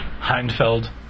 Heinfeld